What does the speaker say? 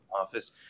office